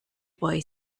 boy